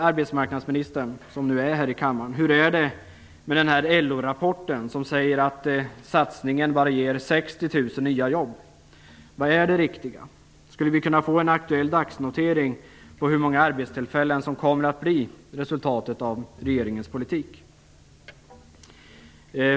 Arbetsmarknadsministern, som nu är här i kammaren, hur är det med LO-rapporten som säger att satsningen bara ger 60 000 nya jobb? Vad är det riktiga? Skulle vi kunna få en aktuell dagsnotering på hur många arbetstillfällen som kommer att bli resultatet av regeringens politik?